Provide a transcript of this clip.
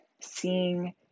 Seeing